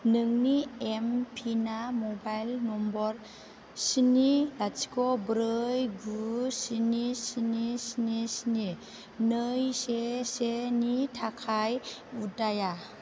नोंनि एमपिना mobile number स्नि लाथिख' ब्रै गु स्नि स्नि स्नि स्नि नै से सेनि थाखाय उदाया